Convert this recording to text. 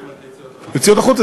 מה זאת אומרת יציאות החוצה?